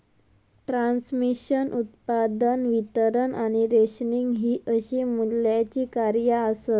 transmission, उत्पादन, वितरण आणि रेशनिंग हि अशी मूल्याची कार्या आसत